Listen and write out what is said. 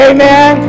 Amen